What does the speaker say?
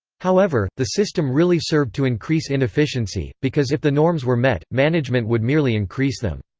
however, the system really served to increase inefficiency, because if the norms were met, management would merely increase them.